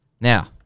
Now